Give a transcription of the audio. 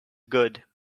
good